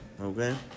okay